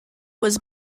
was